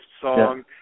song